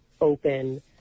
open